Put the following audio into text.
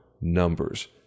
numbers